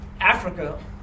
Africa